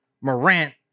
Morant